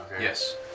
Yes